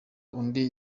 undi